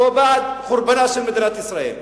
או בעד חורבנה של מדינת ישראל?